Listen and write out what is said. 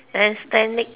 then standing